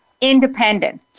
independent